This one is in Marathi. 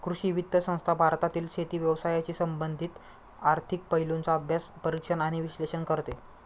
कृषी वित्त संस्था भारतातील शेती व्यवसायाशी संबंधित आर्थिक पैलूंचा अभ्यास, परीक्षण आणि विश्लेषण करते